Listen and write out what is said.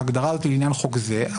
ההגדרה הזאת היא לעניין חוק זה,